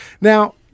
Now